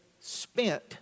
spent